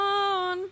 on